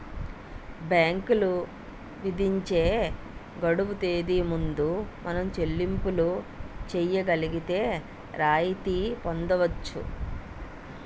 బ్యాంకులు విధించే గడువు తేదీ ముందు మనం చెల్లింపులు చేయగలిగితే రాయితీ పొందవచ్చు